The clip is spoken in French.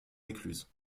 écluses